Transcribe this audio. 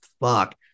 fuck